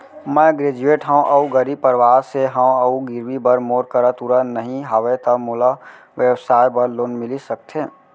मैं ग्रेजुएट हव अऊ गरीब परवार से हव अऊ गिरवी बर मोर करा तुरंत नहीं हवय त मोला व्यवसाय बर लोन मिलिस सकथे?